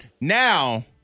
Now